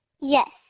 Yes